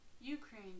Ukraine